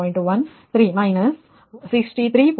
13 minus 63